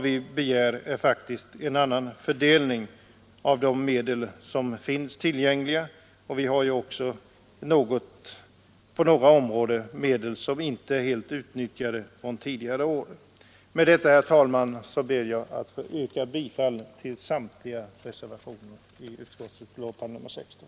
Vi begär en annan fördelning av de medel som finns tillgängliga, och vi har på några områden medel som inte är helt utnyttjade från tidigare år. Med dessa ord, herr talman, ber jag att få yrka bifall till samtliga reservationer som fogats till jordbruksutskottets betänkande nr 16.